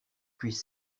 puis